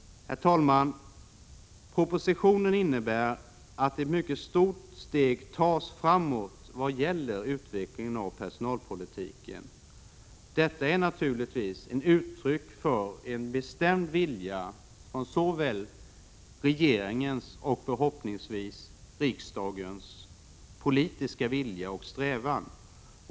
Herr talman! Propositionen innebär att ett mycket stort steg framåt tas vad gäller utvecklingen av personalpolitiken. Detta är naturligvis ett uttryck för såväl regeringens som — förhoppningsvis — riksdagens bestämda politiska vilja och strävan.